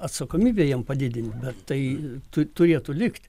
atsakomybę jiem padidint bet tai tu turėtų likt